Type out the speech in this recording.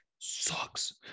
Sucks